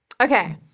Okay